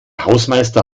hausmeister